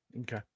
okay